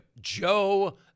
Joe